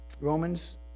Romans